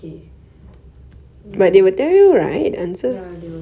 !wah! I got three out of fourteen only so sad okay